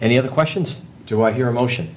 any other questions do i hear a motion